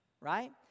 Right